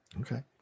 Okay